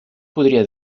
podria